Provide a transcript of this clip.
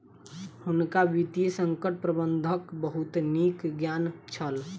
हुनका वित्तीय संकट प्रबंधनक बहुत नीक ज्ञान छल